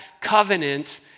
covenant